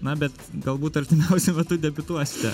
na bet galbūt artimiausiu metu debiutuosite